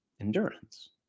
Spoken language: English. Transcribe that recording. Endurance